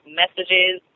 messages